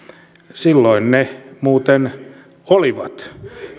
silloin ne muuten olivat